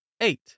Eight